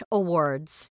awards